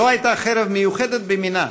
זו הייתה חרב מיוחדת במינה: